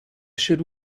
should